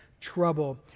trouble